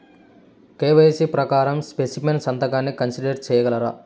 KYC ప్రకారం specimen సంతకాన్ని consider సేయగలరా?